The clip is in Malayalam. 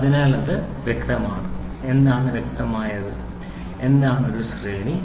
അതിനാൽ അത് വ്യക്തമാണ് എന്താണ് വ്യക്തമായത് എന്താണ് ഒരു ശ്രേണി